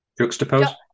Juxtapose